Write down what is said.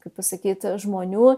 kaip pasakyt žmonių